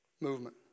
movement